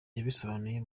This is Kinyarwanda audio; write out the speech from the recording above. yabisobanuye